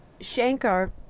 Shankar